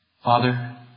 Father